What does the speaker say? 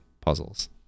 puzzles